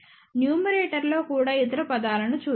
న్యూమరేటర్లో కూడా ఇతర పదాలను చూద్దాం